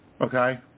okay